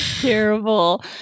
Terrible